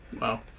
Wow